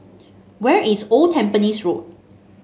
where is Old Tampines Road